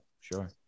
sure